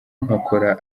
nkakora